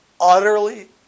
utterly